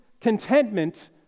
contentment